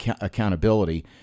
accountability